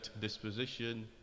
disposition